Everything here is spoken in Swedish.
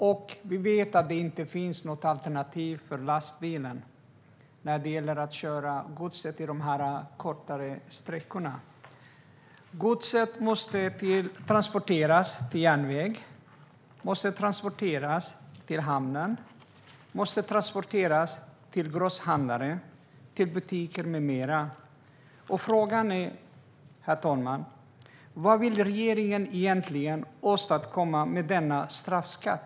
Vi vet också att det inte finns något alternativ till lastbilen när det gäller att köra gods kortare sträckor. Godset måste transporteras till järnvägen och till hamnen, och det måste transporteras till grosshandlare, butiker med mera. Frågan är, herr talman: Vad vill regeringen egentligen åstadkomma med denna straffskatt?